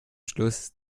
schluss